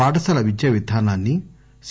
పాఠశాల విద్యా విధానాన్ని సి